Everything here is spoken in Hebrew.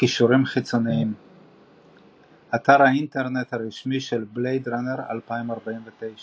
קישורים חיצוניים אתר האינטרנט הרשמי של בלייד ראנר 2049